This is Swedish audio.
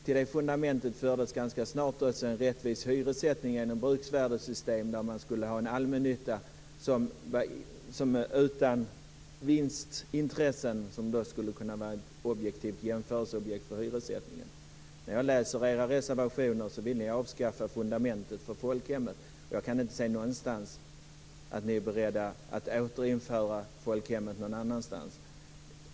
Till det fundamentet fördes ganska snart också en rättvis hyressättning genom ett bruksvärdessystem. Man skulle ha en allmännytta utan vinstintresse som skulle kunna vara ett objektivt jämförelseobjekt för hyressättningen. När jag läser era reservationer vill ni avskaffa fundamentet för folkhemmet. Jag kan inte se någonstans att ni är beredda att återinföra folkhemmet någon annanstans.